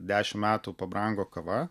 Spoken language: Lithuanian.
dešimt metų pabrango kava